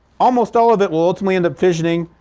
almost all of it will ultimately end up fissioning.